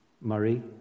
Murray